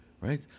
Right